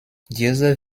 diese